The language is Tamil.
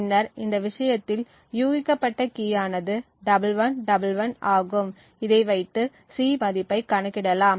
பின்னர் இந்த விஷயத்தில் யூகிக்கப்பட்ட கீயானது 1111 ஆகும் இதை வைத்து C மதிப்பை கணக்கிடலாம்